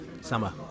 summer